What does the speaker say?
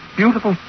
beautiful